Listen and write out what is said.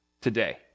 today